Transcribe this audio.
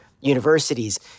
Universities